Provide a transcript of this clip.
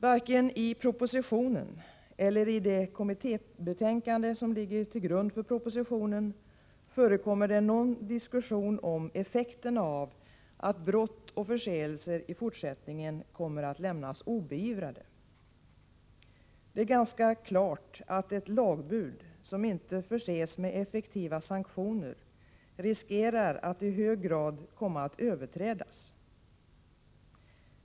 Varken i propositionen eller i det kommittébetänkande som ligger till grund för propositionen förekommer det någon diskussion om effekterna av att brott och förseelser i fortsättningen kommer att lämnas obeivrade. Det är ganska klart att ett lagbud som inte förses med effektiva sanktioner riskerar att i hög grad överträdas.